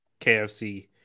KFC